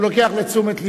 הוא לוקח לתשומת לבו,